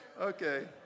Okay